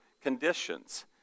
conditions